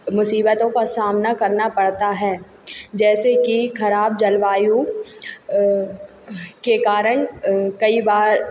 मुसीबतों का सामना करना पड़ता है जैसे कि खराब जलवायु के कारण कई बार